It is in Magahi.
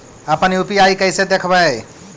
अपन यु.पी.आई कैसे देखबै?